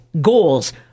goals